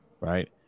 right